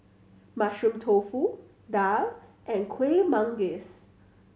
Mushroom Tofu daal and Kueh Manggis